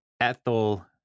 ethel